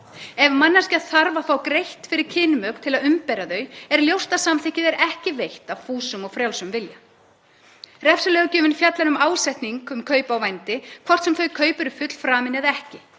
Ef manneskja þarf að fá greitt fyrir kynmök til að umbera þau er ljóst að samþykki er ekki veitt af fúsum og frjálsum vilja. Refsilöggjöfin fjallar um ásetning um kaup á vændi, hvort sem þau kaup eru fullframin eða ekki.